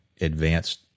advanced